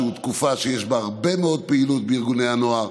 שהוא תקופה שיש בה הרבה מאוד פעילות בארגוני הנוער,